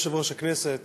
אדוני יושב-ראש הכנסת,